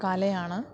കലയാണ്